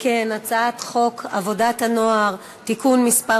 חוק עבודת הנוער (תיקון מס'